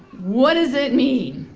what does it mean?